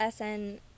SN